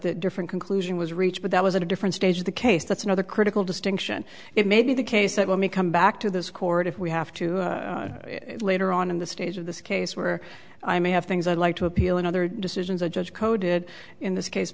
the different conclusion was reached but that was a different stage of the case that's another critical distinction it may be the case that when we come back to this court if we have to later on in the stage of this case where i may have things i'd like to appeal in other decisions a judge coded in this case